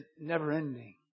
never-ending